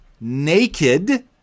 naked